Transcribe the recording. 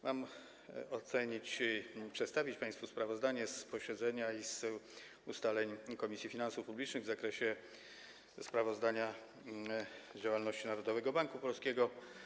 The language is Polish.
Mam przedstawić państwu sprawozdanie z posiedzenia i z ustaleń Komisji Finansów Publicznych w zakresie sprawozdania z działalności Narodowego Banku Polskiego.